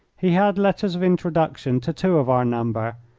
he had letters of introduction to two of our number,